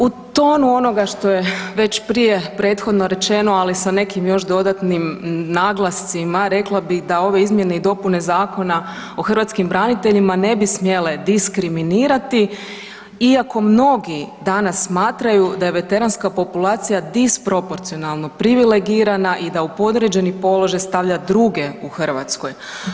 U tonu onoga što je već prije prethodno rečeno, ali sa nekim još dodatnim naglascima rekla bih da ove izmjene i dopune Zakona o hrvatskim braniteljima ne bi smjele diskriminirati iako mnogi danas smatraju da je veteranska populacija disproporcionalno privilegirana i da u podređeni položaj stavlja druge u Hrvatskoj.